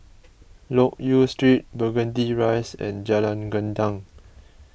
Loke Yew Street Burgundy Rise and Jalan Gendang